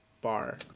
bar